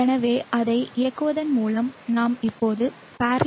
எனவே அதை இயக்குவதன் மூலம் நாம் இப்போது parallel